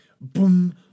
boom